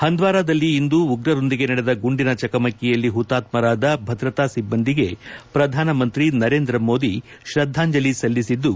ಹಂದ್ವಾರದಲ್ಲಿ ಇಂದು ಉಗ್ರರೊಂದಿಗೆ ನಡೆದ ಗುಂಡಿನ ಚಕಮಕಿಯಲ್ಲಿ ಹುತಾತ್ತರಾದ ಭದ್ರತಾ ಸಿಬ್ಲಂದಿಗೆ ಪ್ರಧಾನಮಂತ್ರಿ ನರೇಂದ್ರಮೋದಿ ಶ್ರದ್ದಾಂಜಲಿ ಸಲ್ಲಿಸಿದ್ದು